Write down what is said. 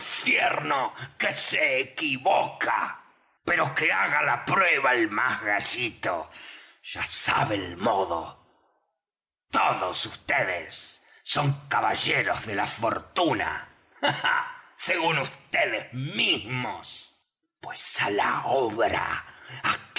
infierno que se equivoca pero que haga la prueba el más gallito ya sabe el modo todos vds son caballeros de la fortuna según vds mismos pues á la obra